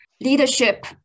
leadership